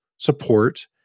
support